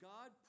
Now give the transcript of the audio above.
God